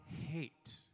hate